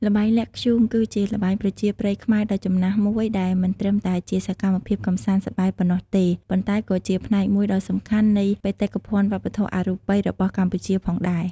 ល្បែងលាក់ធ្យូង គឺជាល្បែងប្រជាប្រិយខ្មែរដ៏ចំណាស់មួយ ដែលមិនត្រឹមតែជាសកម្មភាពកម្សាន្តសប្បាយប៉ុណ្ណោះទេ ប៉ុន្តែក៏ជាផ្នែកមួយដ៏សំខាន់នៃ បេតិកភណ្ឌវប្បធម៌អរូបី របស់កម្ពុជាផងដែរ។